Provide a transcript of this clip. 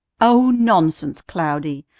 oh, nonsense, cloudy!